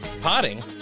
potting